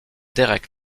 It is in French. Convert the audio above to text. derek